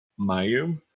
Mayu